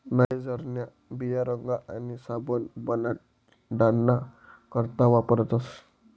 नाइजरन्या बिया रंग आणि साबण बनाडाना करता वापरतस